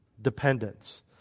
dependence